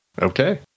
okay